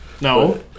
No